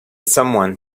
someone